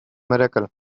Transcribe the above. miracle